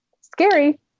Scary